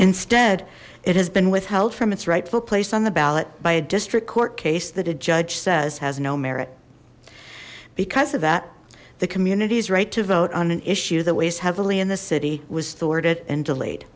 instead it has been withheld from its rightful place on the ballot by a district court case that a judge says has no merit because of that the community's right to vote on an issue that weighs heavily in the city was thought at and delayed